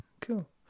cool